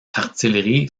artillerie